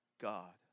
God